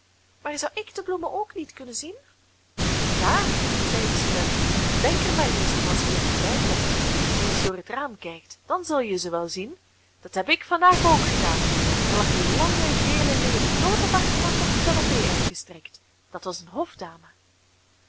maar zou ik de bloemen ook niet kunnen zien ja zei de student denk er maar eens om als je er weer voorbijkomt dat je eens door het raam kijkt dan zul je ze wel zien dat heb ik vandaag ook gedaan er lag een lange gele lelie dood op haar gemak op de canapé uitgestrekt dat was een hofdame